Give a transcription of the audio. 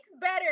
better